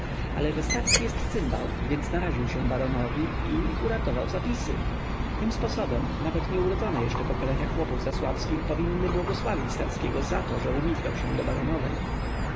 ale że starski jest cymbał więc naraził się baronowi i uratował zapisy tym sposobem nawet nieurodzone jeszcze pokolenia chłopów zasławskich powinny błogosławić starskiego zato że umizgał się do baronowej